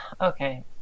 Okay